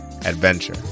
adventure